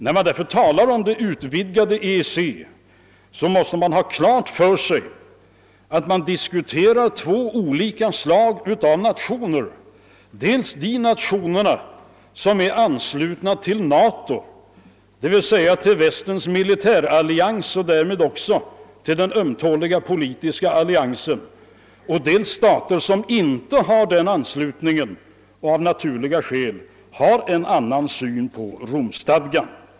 När man diskuterar ett utvidgat EEC måste man ha klart för sig att det är fråga om två grupper av nationer, nämligen dels nationer som är anslutna till NATO, d.v.s. västerns militärallians, och därmed också till den ömtåliga politiska alliansen, dels stater som inte är anslutna till NATO och som av naturliga skäl har en annan syn på Romstadgan.